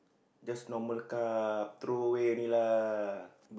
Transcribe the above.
just normal car throw away only lah